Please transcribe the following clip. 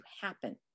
happen